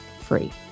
free